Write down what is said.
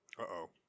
Uh-oh